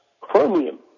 chromium